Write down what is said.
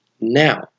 Now